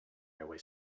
railway